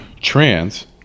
trans